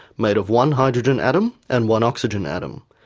made of one hydrogen atom and one oxygen atom.